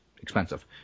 expensive